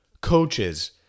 coaches